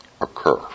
occur